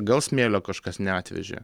gal smėlio kažkas neatvežė